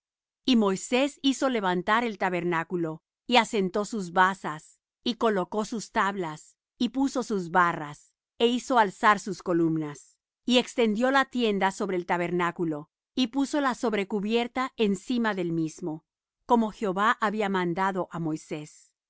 y moisés hizo levantar el tabernáculo y asentó sus basas y colocó sus tablas y puso sus barras é hizo alzar sus columnas y extendió la tienda sobre el tabernáculo y puso la sobrecubierta encima del mismo como jehová había mandado á moisés